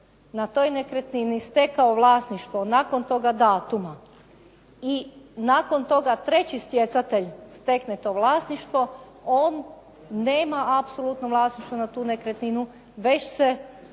na toj nekretnini stekao vlasništvo nakon toga datuma i nakon toga treći stjecatelj stekne to vlasništvo, on nema apsolutno vlasništvo na tu nekretninu već se